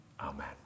Amen